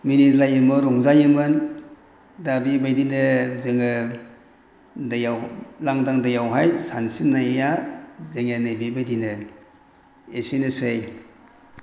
मिनिलायोमोन रंजायोमोन दा बेबायदिनो जोङो दैयाव लांदां दैयावहाय सानस्रिनाया जोंना नै बेबायदिनो एसेनोसै